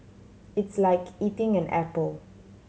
it's like eating an apple